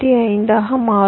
95 ஆக மாறும்